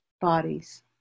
bodies